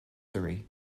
three